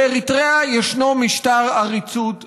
באריתריאה יש משטר עריצות דורסני,